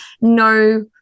no